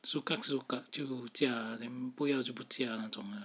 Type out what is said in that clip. suka-suka 就驾 then 不要就不驾的那种的 lah